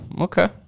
Okay